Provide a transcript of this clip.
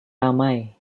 ramai